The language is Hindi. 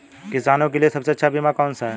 किसानों के लिए सबसे अच्छा बीमा कौन सा है?